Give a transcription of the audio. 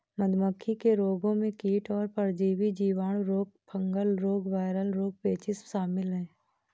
मधुमक्खी के रोगों में कीट और परजीवी, जीवाणु रोग, फंगल रोग, वायरल रोग, पेचिश शामिल है